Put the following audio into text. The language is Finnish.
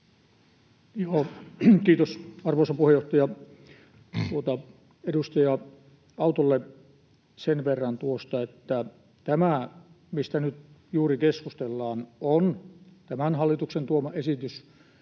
Kiitos, arvoisa puheenjohtaja! Edustaja Autolle sen verran, että tämä, mistä nyt juuri keskustellaan, on tämän hallituksen tuoma esitys